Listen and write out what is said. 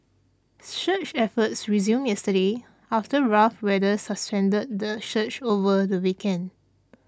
search efforts resumed yesterday after rough weather suspended the search over the weekend